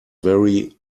very